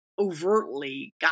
overtly